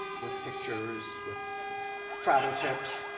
with pictures, with travel tips.